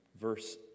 verse